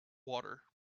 water